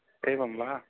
एवं वा